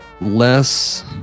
less